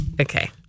Okay